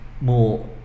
more